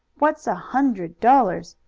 what's a hundred dollars?